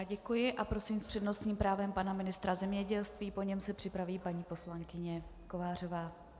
Děkuji a prosím s přednostním právem pana ministra zemědělství, po něm se připraví paní poslankyně Kovářová.